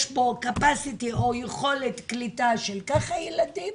בו קיבולת או יכולת קליטה של כך וכך ילדים